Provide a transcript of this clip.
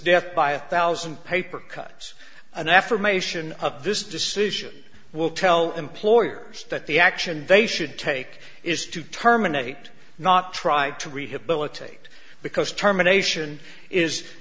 death by a thousand paper cuts an affirmation of this decision will tell employers that the action they should take is to terminate not try to rehabilitate because terminations is